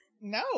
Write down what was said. no